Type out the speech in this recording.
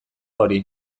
hori